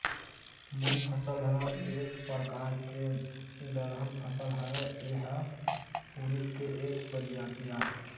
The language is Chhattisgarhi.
मूंग फसल ह एक परकार के दलहन फसल हरय, ए ह उरिद के एक परजाति आय